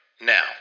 now